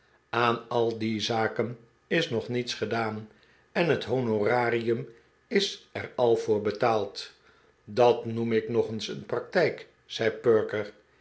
aan al die zaken is nog niets gedaan en het honorarium is er al voor betaald dat noem ik nog eens een praktijk zei perker